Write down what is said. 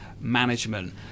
Management